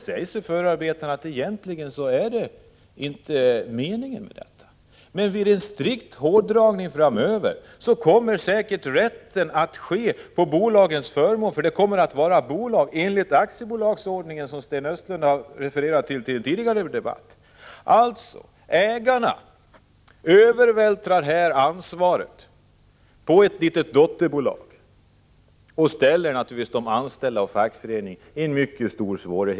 35 Detta var inte meningen med LAS, och det sägs också i förarbetena. Men vid en strikt hårdragning av lagreglerna framöver kommer säkert tolkningen att ske till bolagens förmån. Det kommer nämligen att röra sig om bolag enligt aktiebolagslagen, som Sten Östlund tidigare har refererat till. Ägarna övervältrar alltså ansvaret på ett litet dotterbolag och ställer naturligtvis de anställda och fackföreningarna i en mycket svår situation.